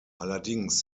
allerdings